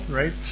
right